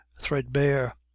threadbare